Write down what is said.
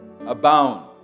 abound